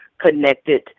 connected